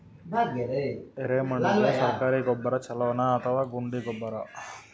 ಎರೆಮಣ್ ಗೆ ಸರ್ಕಾರಿ ಗೊಬ್ಬರ ಛೂಲೊ ನಾ ಅಥವಾ ಗುಂಡಿ ಗೊಬ್ಬರ?